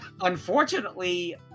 unfortunately